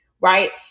right